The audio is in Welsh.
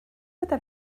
gyda